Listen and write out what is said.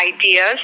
ideas